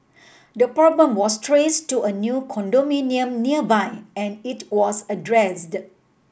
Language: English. the problem was traced to a new condominium nearby and it was addressed